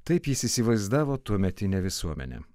taip jis įsivaizdavo tuometinę visuomenę